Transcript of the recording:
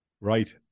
right